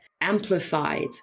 amplified